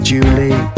Julie